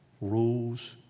rules